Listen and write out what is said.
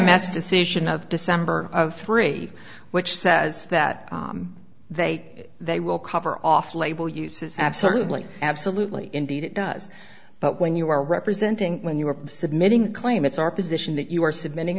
s decision of december of three which says that they they will cover off label uses absolutely absolutely indeed it does but when you are representing when you are submitting a claim it's our position that you are submitting